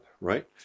right